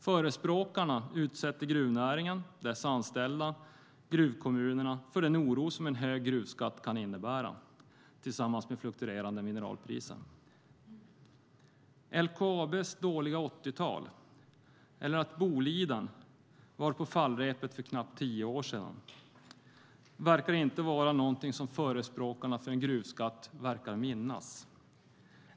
Förespråkarna utsätter gruvnäringen, dess anställda och gruvkommunerna för den oro som en hög gruvskatt kan innebära tillsammans med fluktuerande mineralpriser. LKAB:s dåliga 80-tal, eller att Boliden var på fallrepet för knappt tio år sedan, verkar inte förespråkarna för en gruvskatt minnas.